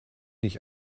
nicht